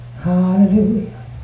Hallelujah